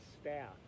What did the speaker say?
staff